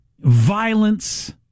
violence